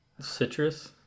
Citrus